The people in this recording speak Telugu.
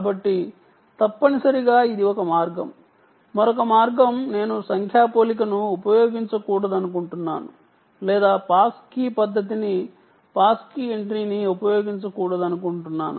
కాబట్టి తప్పనిసరిగా ఇది ఒక మార్గం మరొక మార్గం నేను సంఖ్యా పోలికను ఉపయోగించకూడదనుకుంటున్నాను లేదా పాస్ కీ పద్ధతిని పాస్ కీ ఎంట్రీని ఉపయోగించకూడదనుకుంటున్నాను